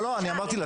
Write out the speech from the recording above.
לא, אני אמרתי לצאת?